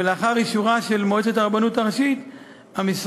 ולאחר אישורה של מועצת הרבנות הראשית המשרד